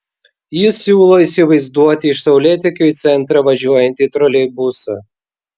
jis siūlo įsivaizduoti iš saulėtekio į centrą važiuojantį troleibusą